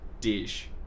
dish